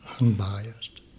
unbiased